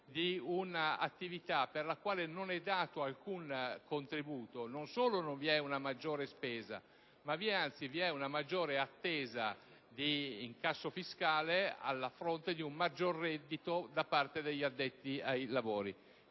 di un'attività per la quale non è dato alcun contributo, non solo non vi è una maggiore spesa, ma anzi vi è una maggiore attesa di incasso fiscale a fronte di un maggiore reddito da parte degli addetti ai lavori.